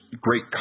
great